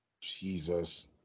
Jesus